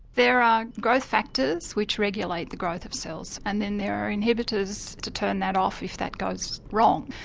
there are growth factors which regulate the growth of cells and then there are inhibitors to turn that off if that goes wrong.